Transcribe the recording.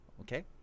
okay